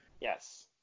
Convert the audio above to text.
Yes